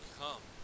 come